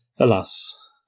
Alas